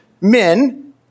men